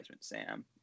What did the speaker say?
Sam